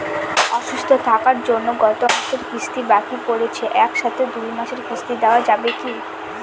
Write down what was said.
অসুস্থ থাকার জন্য গত মাসের কিস্তি বাকি পরেছে এক সাথে দুই মাসের কিস্তি দেওয়া যাবে কি?